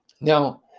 Now